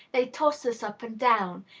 they toss us up and down,